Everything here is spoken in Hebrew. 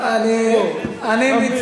הדבר המעניין הוא שגם, אני משבח את השר.